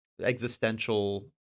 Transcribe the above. existential